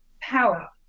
power